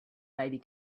baby